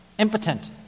impotent